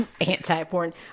Anti-porn